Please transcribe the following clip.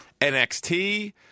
NXT